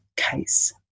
case